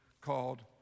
called